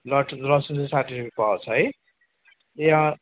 लठु लसुन चै साट्ठी रुयियाँ पावा छ है ए